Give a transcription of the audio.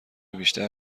بیشتر